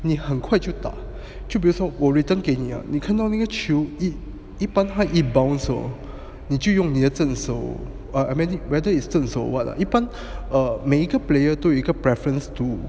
你很快就打就比如说我 return 给你你看到那个球一一般它一 bounce hor 你就用你的正手 I mean eh whether it's 正手 what lah 一般 ah 每一个 player 有一个 preference to